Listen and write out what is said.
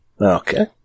Okay